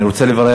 אני רוצה לברך